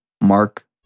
Mark